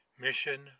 Mission